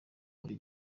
muri